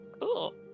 cool